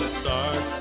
start